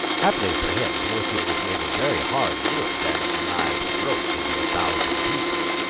happily for him, pinocchio was made of very hard wood and the knives broke into a thousand pieces.